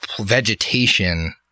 vegetation